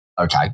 okay